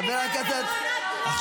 חברת הכנסת יסמין.